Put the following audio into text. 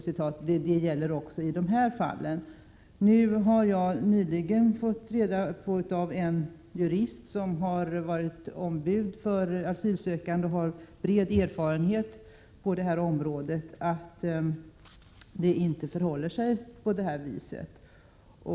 Jag har nyligen av en jurist, som har varit ombud för asylsökande och har bred erfarenhet på detta område, fått reda på att det inte förhåller sig på det viset.